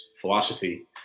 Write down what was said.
philosophy